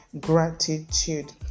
gratitude